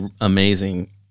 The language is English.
amazing